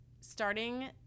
starting